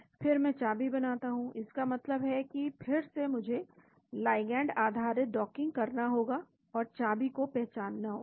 फिर मैं चाबी बनाता हूं इसका मतलब है कि फिर से मुझे लिगैंड आधारित डॉकिंग करना होगा और चाबी को पहचानना होगा